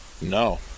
No